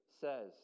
says